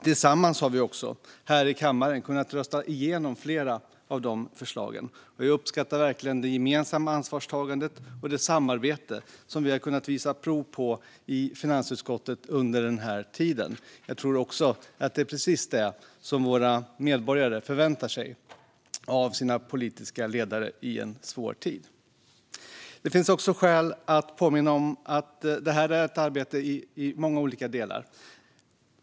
Tillsammans har vi också här i kammaren kunnat rösta igenom flera av de förslagen. Jag uppskattar mycket det gemensamma ansvarstagande och samarbete som vi har kunnat visa prov på i finansutskottet under den här tiden. Jag tror också att det är precis detta som våra medborgare väntar sig av sina politiska ledare i en svår tid. Det finns nu också skäl att påminna om att detta är ett arbete i många olika delar.